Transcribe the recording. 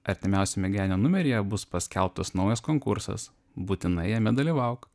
artimiausiame genio numeryje bus paskelbtas naujas konkursas būtinai jame dalyvauk